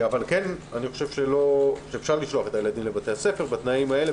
אבל אני חושב שכן אפשר לשלוח את הילדים לבתי ספר בתנאים האלה,